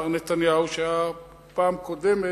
מר נתניהו של הפעם הקודמת,